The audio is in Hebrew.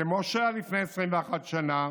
כמו שהיה לפני 21 שנה,